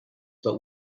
but